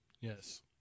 Yes